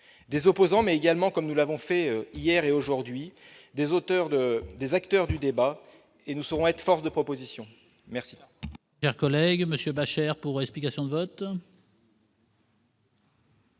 ». Opposants, donc, mais également, comme nous l'avons montré hier et aujourd'hui, acteurs du débat : nous saurons être force de proposition. La